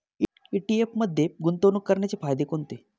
ETF मध्ये गुंतवणूक करण्याचे फायदे कोणते?